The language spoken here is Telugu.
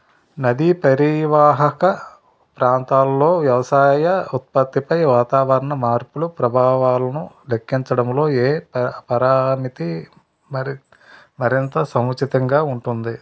నదీ పరీవాహక ప్రాంతంలో వ్యవసాయ ఉత్పత్తిపై వాతావరణ మార్పుల ప్రభావాలను లెక్కించడంలో ఏ పరామితి మరింత సముచితంగా ఉంటుంది?